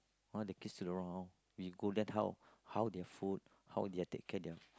I want to kiss a wrong we go there help how they food how their take care their